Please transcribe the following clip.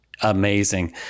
amazing